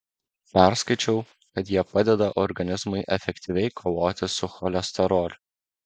perskaičiau kad jie padeda organizmui efektyviai kovoti su cholesteroliu